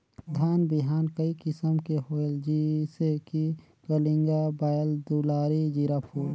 धान बिहान कई किसम के होयल जिसे कि कलिंगा, बाएल दुलारी, जीराफुल?